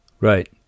Right